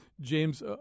James